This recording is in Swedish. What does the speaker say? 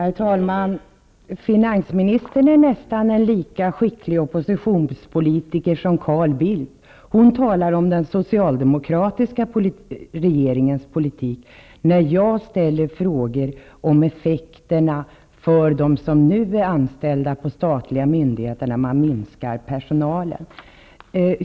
Herr talman! Finansministern är en nästan lika skicklig oppositionspolitiker som Carl Bildt. Hon talar om den socialdemokratiska regeringens politik när jag ställer frågor om effekterna för dem som nu är anställda på statliga myn digheter när man minskar personalen.